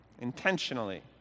intentionally